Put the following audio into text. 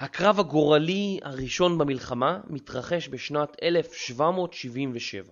הקרב הגורלי הראשון במלחמה מתרחש בשנת 1777.